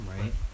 right